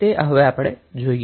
તે હવે આપણે જોઈએ